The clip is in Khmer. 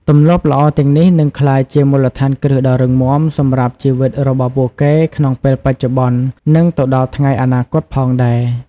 ទម្លាប់ល្អ ទាំងនេះនឹងក្លាយជាមូលដ្ឋានគ្រឹះដ៏រឹងមាំសម្រាប់ជីវិតរបស់ពួកគេក្នុងពេលបច្ចុប្បន្ននឹងទៅដល់ថ្ងៃអនាគតផងដែរ ។